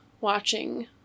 watching